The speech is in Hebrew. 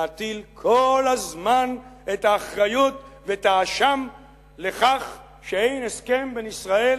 להטיל כל הזמן את האחריות ואת האשם בכך שאין הסכם בין ישראל